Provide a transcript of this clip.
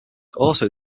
also